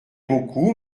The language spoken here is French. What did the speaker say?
beaucoup